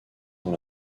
dans